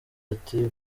ati